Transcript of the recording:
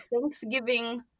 Thanksgiving